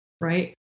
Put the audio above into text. Right